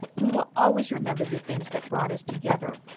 we will always remember the things that brought us together,